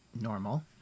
normal